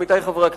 עמיתי חברי הכנסת,